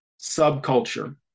subculture